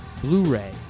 Blu-ray